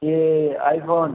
ये आईफोन